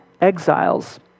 exiles